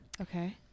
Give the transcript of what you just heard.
Okay